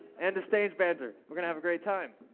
and stage banter. we're gonna have a great time.